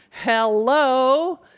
hello